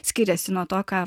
skiriasi nuo to ką